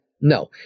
No